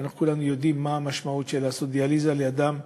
ואנחנו כולנו יודעים מה המשמעות של דיאליזה לאדם,